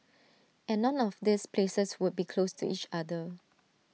and none of these places would be close to each other